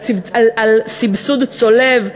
על סבסוד צולב,